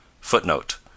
Footnote